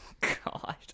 God